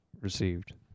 received